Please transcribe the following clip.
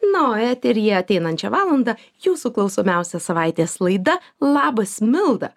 na o eteryje ateinančią valandą jūsų klausomiausia savaitės laida labas milda